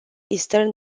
eastern